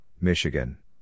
Michigan